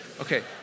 Okay